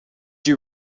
you